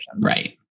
right